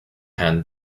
hand